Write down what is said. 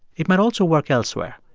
it might also work elsewhere.